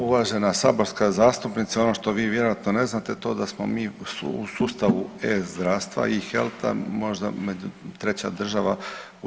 Uvažena saborska zastupnice, ono što vi vjerojatno ne znate to da smo mi u sustavu e-zdravstva i healtha možda treća država u EU.